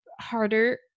harder